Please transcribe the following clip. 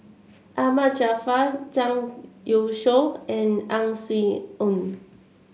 Ahmad Jaafar Zhang Youshuo and Ang Swee Aun